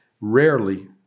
Rarely